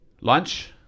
Lunch